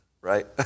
right